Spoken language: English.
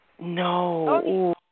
No